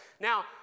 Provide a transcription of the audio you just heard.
Now